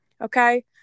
Okay